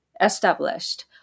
established